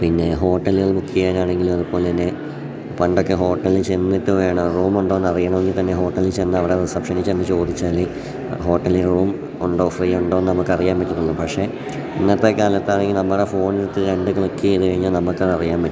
പിന്നെ ഹോട്ടലുകൾ ബുക്ക് ചെയ്യാനാണെങ്കിൽ അതു പോലെ തന്നെ പണ്ടൊക്കെ ഹോട്ടലിൽ ചെന്നിട്ട് വേണം റൂമുണ്ടോന്നറിയണമെങ്കിൽ തന്നെ ഹോട്ടലിൽ ചെന്നവിടെ റിസപ്ഷനിൽ ചെന്ന് ചോദിച്ചാലേ ഹോട്ടലിൽ റൂം ഉണ്ടോ ഫ്രീയുണ്ടോ നമുക്കറിയാൻ പറ്റത്തുള്ളു പക്ഷെ ഇന്നത്തെ കാലത്താണെങ്കിൽ നമ്മുടെ ഫോണെടുത്തു രണ്ട് ക്ലിക്ക് ചെയ്തു കഴിഞ്ഞാൽ നമുക്കതറിയാൻ പറ്റും